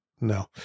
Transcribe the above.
no